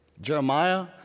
Jeremiah